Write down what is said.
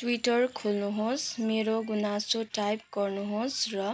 Twitter खोल्नुहोस् मेरो गुनासो टाइप गर्नुहोस् र